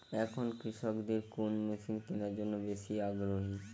এখন কৃষকদের কোন মেশিন কেনার জন্য বেশি আগ্রহী?